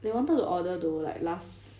they wanted to order though like last